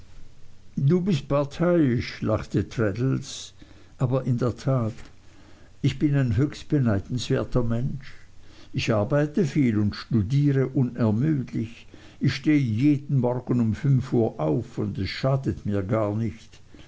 du bist parteiisch lachte traddles aber in der tat ich bin ein höchst beneidenswerter mensch ich arbeite viel und studiere unermüdlich ich stehe jeden morgen um fünf uhr auf und es schadet mir gar nicht